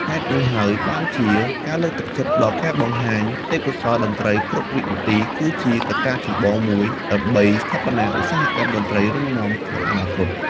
ហេតុនេះហើយបានជា ការលើកទឹកចិត្តដល់ការបង្ហាញទេពកោសល្យតន្ត្រីគ្រប់វិនាទីគឺជាកត្តាចម្បងមួយដើម្បីស្ថាបនាឧស្សាហកម្មតន្ត្រីរឹងមាំក្នុងអនាគត។